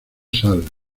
sal